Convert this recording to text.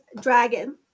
Dragon